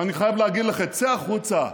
ואני חייב להגיד לך, צא החוצה.